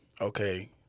okay